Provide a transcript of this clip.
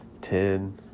ten